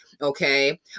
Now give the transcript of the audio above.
okay